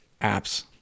apps